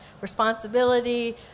responsibility